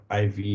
IV